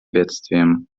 бедствиям